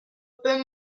peut